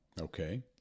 Okay